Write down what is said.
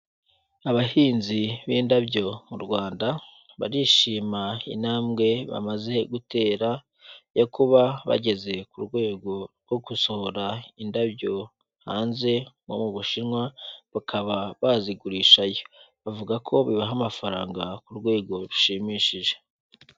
Abahinzi b'indabyo mu Rwanda barishima intambwe bamaze gutera yo kuba bageze ku rwego rwo gusohora indabyo hanze nko mu Bushinwa bakaba bazigurishayo, bavuga ko bibaha amafaranga ku rwego rushimishije.